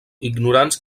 ignorants